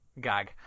gag